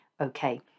Okay